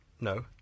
No